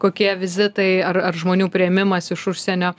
kokie vizitai ar ar žmonių priėmimas iš užsienio